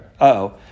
Uh-oh